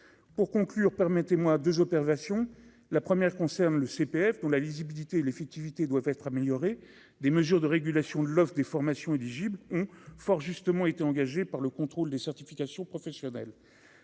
pour conclure, permettez-moi 2 observations : la première concerne le CPF, dont la visibilité et l'effectivité doivent être améliorées, des mesures de régulation de l'offre des formations éligibles fort justement été engagée par le contrôle des certifications professionnelles,